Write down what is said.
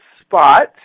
spot